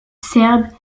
serbe